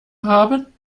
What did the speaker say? haben